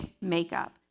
makeup